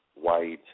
White